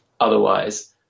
otherwise